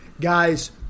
Guys